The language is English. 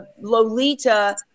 Lolita